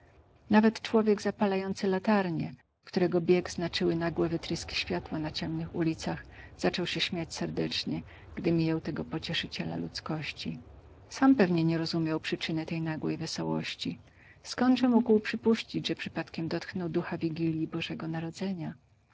nawet człowiek zapalający latarnie którego bieg znaczyły nagłe wytryski światła na ciemnych ulicach zaczął się śmiać serdecznie gdy mijał tego pocieszyciela ludzkości sam pewnie nie rozumiał przyczyny tej nagłej wesołości skądże mógł przypuścić że przypadkiem dotknął ducha wigilji bożego narodzenia